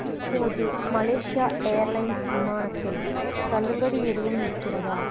இப்போது Malaysia airlines விமானத்தில் தள்ளுபடி எதுவும் இருக்கிறதா